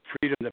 freedom